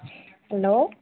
hello